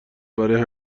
برای